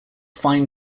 fine